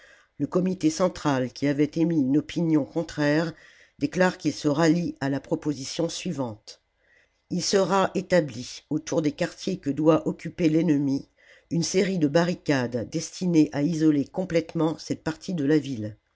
le comité central qui avait émis une opinion contraire déclare qu'il se rallie à la proposition suivante il sera établi autour des quartiers que doit occuper l'ennemi une série de barricades destinées à isoler complètement cette partie de la ville